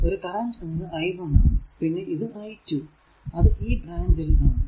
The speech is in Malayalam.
ഒരു കറന്റ് എന്നത് i1 ആണ് പിന്നെ ഇത് i2 അത് ഈ ബ്രാഞ്ചിൽ ആണ്